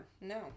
No